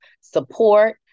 support